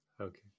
Okay